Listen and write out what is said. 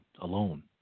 alone